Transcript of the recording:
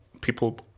people